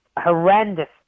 horrendous